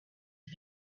and